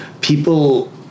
people